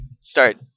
start